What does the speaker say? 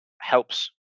helps